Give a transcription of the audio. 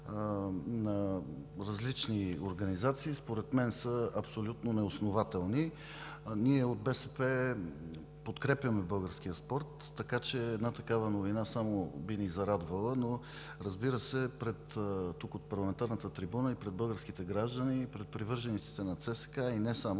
на различни организации според мен са абсолютно неоснователни. От БСП подкрепяме българския спорт, така че такава новина само би ни зарадвала. Разбира се, тук, от парламентарната трибуна, и пред българските граждани, и пред привържениците на ЦСКА, и не само